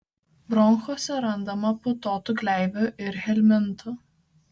bronchuose randama putotų gleivių ir helmintų